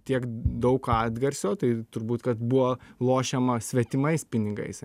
tiek daug atgarsio tai turbūt kad buvo lošiama svetimais pinigais